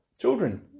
children